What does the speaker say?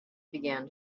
began